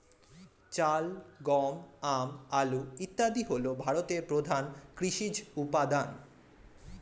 চাল, গম, আম, আলু ইত্যাদি হল ভারতের প্রধান কৃষিজ উপাদান